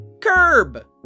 Curb